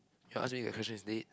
you are answering that question isn't it